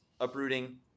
uprooting